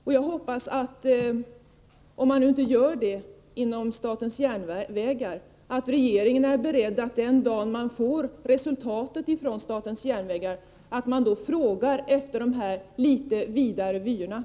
Om nu inte dessa frågor ställs inom SJ, hoppas jag att regeringen är beredd att, den dag den får resultatet från SJ, se det hela i dessa något vidare perspektiv.